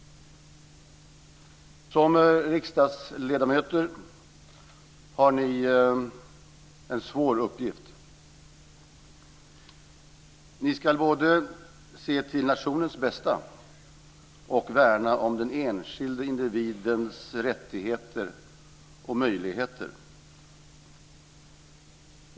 Som riksdagsledamöter har ni en svår uppgift. Ni ska både se till nationens bästa och värna om den enskilde individens rättigheter och möjligheter.